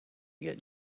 get